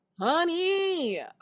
Honey